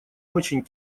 очень